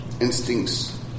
instincts